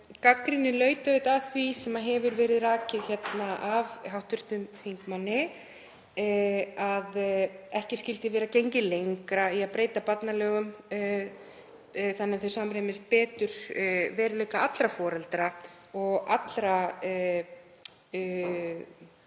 Gagnrýnin laut auðvitað því, sem hefur verið rakið hér af hv. þingmanni, að ekki skyldi vera gengið lengra í að breyta barnalögum þannig að þau samrýmist betur veruleika allra foreldra og allra fjölskyldna.